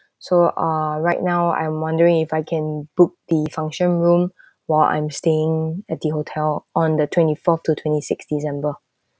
so ah right now I'm wondering if I can book the function room while I'm staying at the hotel on the twenty fourth to twenty six december